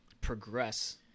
progress